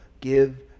give